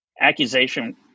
accusation